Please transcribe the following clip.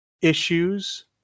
issues